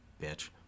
Bitch